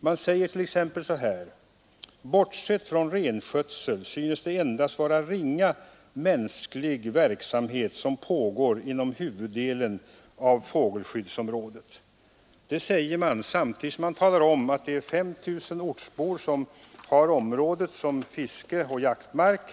Man säger t.ex.: ”——— om man bortser från renskötseln synes det endast vara ringa mänsklig verksamhet som pågår inom huvuddelen av fågelskyddsområdet.” Detta säger man samtidigt som man talar om att det är 5 000 ortsbor som har området som fiskeoch jaktmark.